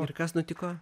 ir kas nutiko